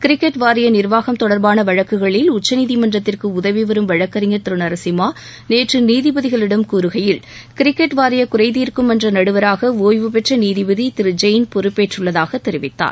cricket வாரிய நிர்வாகம் தொடர்பான வழக்குகளில் உச்சநீதிமன்றத்திற்கு உதவிவரும் வழக்கறிஞர் திரு நரசிம்மா நேற்று நீதிபதிகளிடம் கூறுகையில் கிரிக்கெட் வாரிய குறைத்தீர்க்கும் மன்ற நடுவராக ஒய்வுபெற்ற நீதிபதி திரு ஜெயின் பொறுப்பேற்றுள்ளதாக தெரிவித்தார்